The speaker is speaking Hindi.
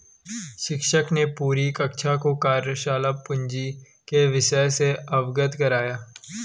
शिक्षक ने पूरी कक्षा को कार्यशाला पूंजी के विषय से अवगत कराया